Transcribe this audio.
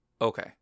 Okay